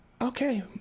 Okay